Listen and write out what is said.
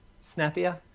snappier